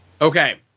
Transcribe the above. Okay